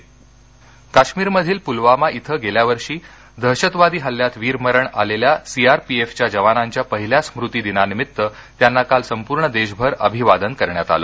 पलवामा काश्मीरमधील पूलवामा ध्वें गेल्यावर्षी दहशतवादी हल्ल्यात वीरमरण आलेल्या सीआरपीएफच्या जवानांच्या पहिल्या स्मृतीदिनानिमित्त त्यांना काल संपूर्ण देशभर अभिवादन करण्यात आलं